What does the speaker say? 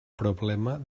problema